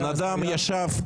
הבן אדם ישב,